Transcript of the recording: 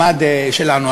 במעמד שלנו.